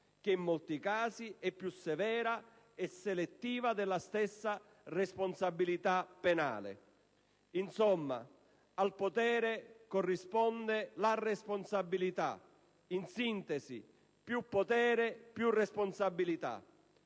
che in molti casi è più severa e selettiva della stessa responsabilità penale. Insomma, al potere corrisponde la responsabilità; in sintesi: più potere, più responsabilità.